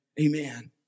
Amen